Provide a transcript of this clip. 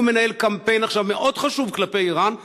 הוא מנהל עכשיו קמפיין מאוד חשוב כלפי איראן,